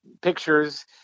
pictures